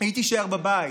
היא תישאר בבית.